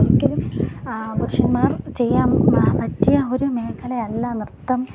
ഒരിക്കലും പുരുഷന്മാർ ചെയ്യാൻ പറ്റിയ ഒരു മേഖലയല്ല നൃത്തം